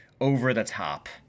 over-the-top